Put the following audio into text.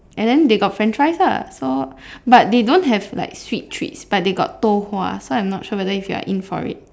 and then they got french fries lah so but they don't have like sweet treats but they got 豆花 so I'm not sure if you're in for it